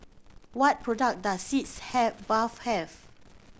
what product does Sitz have bath have